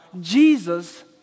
Jesus